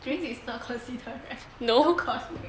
drinks is not considered a course right